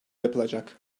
yapılacak